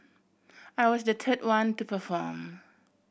I was the third one to perform